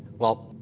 well,